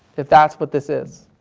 if that's what this is?